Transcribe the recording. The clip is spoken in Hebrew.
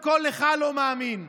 הציבור, קודם כול, לא מאמין לך.